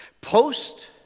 Post